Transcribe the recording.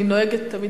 אני נוהגת תמיד,